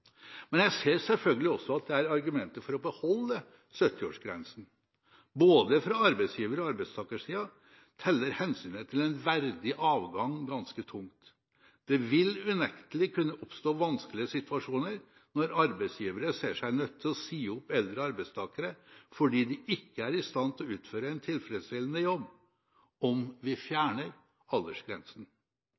Men jeg ser selvfølgelig også at det er argumenter for å beholde 70-årsgrensen – både fra arbeidsgiver- og arbeidstakersiden teller hensynet til en verdig avgang ganske tungt. Det vil unektelig kunne oppstå vanskelige situasjoner når arbeidsgivere ser seg nødt til å si opp eldre arbeidstakere fordi de ikke er i stand til å utføre en tilfredsstillende jobb om vi fjerner aldersgrensen.